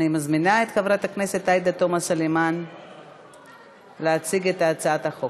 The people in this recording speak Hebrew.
אני מזמינה את חברת הכנסת עאידה תומא סלימאן להציג את הצעת החוק.